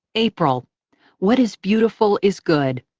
april what is beautiful is good,